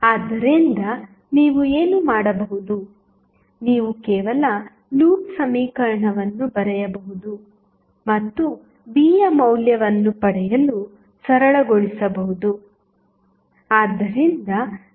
ಆದ್ದರಿಂದ ನೀವು ಏನು ಮಾಡಬಹುದು ನೀವು ಕೇವಲ ಲೂಪ್ ಸಮೀಕರಣವನ್ನು ಬರೆಯಬಹುದು ಮತ್ತು v ಯ ಮೌಲ್ಯವನ್ನು ಪಡೆಯಲು ಸರಳಗೊಳಿಸಬಹುದು